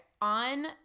on